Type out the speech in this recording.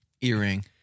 Earring